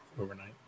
overnight